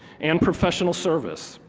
and professional service.